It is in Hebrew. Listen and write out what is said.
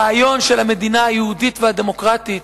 הרעיון של המדינה היהודית והדמוקרטית,